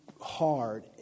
hard